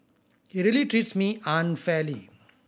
he really treats me unfairly